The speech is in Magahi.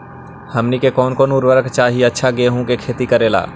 हमनी के कौन कौन उर्वरक चाही अच्छा गेंहू के खेती करेला?